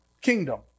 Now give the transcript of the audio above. kingdom